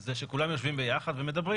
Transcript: זה שכולם יושבים ביחד ומדברים